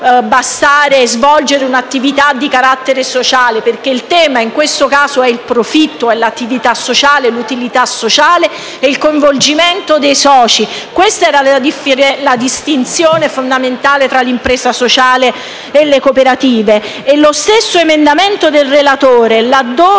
bastare svolgere un'attività di carattere sociale, perché il tema, in questo caso, è il profitto, l'attività sociale, l'utilità sociale e il coinvolgimento dei soci. Questa era la distinzione fondamentale tra l'impresa sociale e le cooperative. Lo stesso emendamento del relatore, laddove